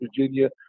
Virginia